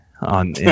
On